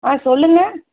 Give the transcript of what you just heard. ஆ சொல்லுங்கள்